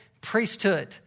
priesthood